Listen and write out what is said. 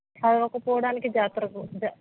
చదవకపోవడానికి జాతరకు జా